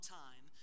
time